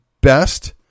best